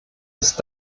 ist